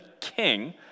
king